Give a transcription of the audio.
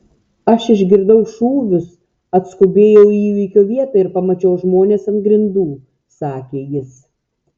aš išgirdau šūvius atskubėjau į įvykio vietą ir pamačiau žmones ant grindų sakė jis